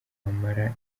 wamara